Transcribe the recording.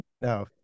no